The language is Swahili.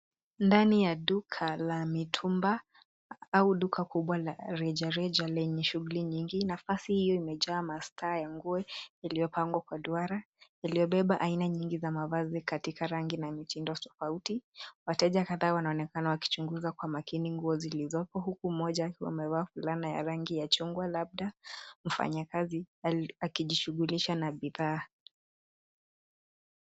Ndani ya duka la mitumba au duka kubwa la rejareja lenye shughuli nyingi. Nafasi hio imejaa mastaa ya nguo iliyopangwa kwa duara iliyobeba aina nyingi za mavazi katika rangi na mitindo tofauti. Wateja kadhaa wanaonekana wakichunguza kwa makini nguo zilizopo huku mmoja akiwa amevaa fulana ya rangi ya chungwa labda mfanyakazi akujishughulisha na bidhaa.